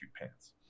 pants